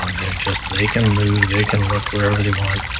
ah they're just they can move, they can look wherever they want.